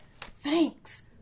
thanks